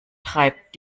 treibt